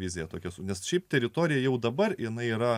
viziją tokias nes ši teritorija jau dabar jinai yra